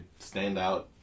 standout